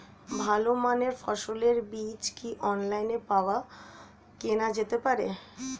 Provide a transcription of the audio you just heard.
ভালো মানের ফসলের বীজ কি অনলাইনে পাওয়া কেনা যেতে পারে?